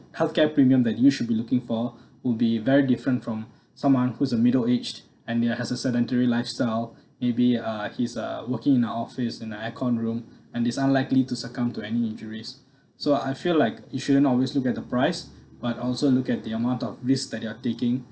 healthcare premium that you should be looking for will be very different from someone who's a middle aged and they uh has an sedentary lifestyle maybe uh he's uh working in a office in a aircon room and is unlikely to succumb to any injuries so I feel like you shouldn't always look at the price but also look at the amount of risk that you're taking